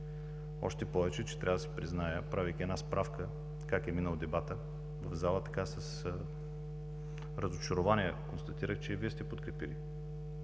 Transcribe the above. Още повече – трябва да си призная, че правих една справка как е минал дебатът в залата – с разочарование констатирах, че Вие сте подкрепили